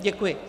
Děkuji.